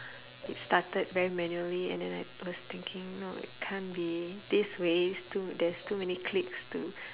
it started very manually and then I was thinking no it can't be this way it's too there's too many clicks to